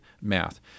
math